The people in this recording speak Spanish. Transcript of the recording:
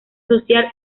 social